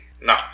No